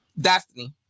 Destiny